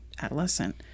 adolescent